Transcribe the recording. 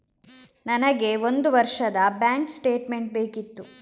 ನನಗೆ ಒಂದು ವರ್ಷದ ಬ್ಯಾಂಕ್ ಸ್ಟೇಟ್ಮೆಂಟ್ ಬೇಕಿತ್ತು